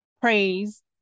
praise